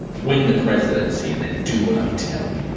win the presidency, and then do what i tell you.